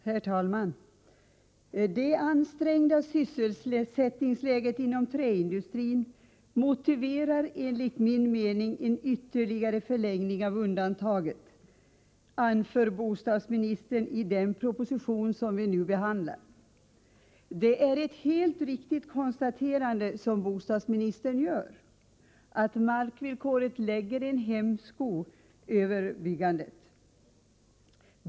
Herr talman! ”Det ansträngda sysselsättningsläget inom träindustrin motiverar enligt min mening en ytterligare förlängning av undantaget”, anför bostadsministern i den proposition som behandlas i föreliggande betänkande. Det är ett helt riktigt konstaterande som bostadsministern gör, att markvillkoret lägger en hämsko på byggandet.